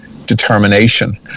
Determination